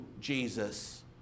Jesus